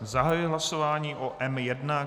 Zahajuji hlasování o M1.